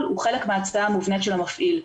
הוא חלק מההצעה המובנית של המפעיל.